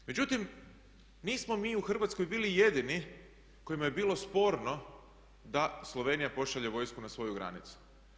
Međutim, nismo mi u Hrvatskoj bili jedini kojima je bilo sporno da Slovenija pošalje vojsku na svoju granicu.